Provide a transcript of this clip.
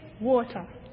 water